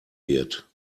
wird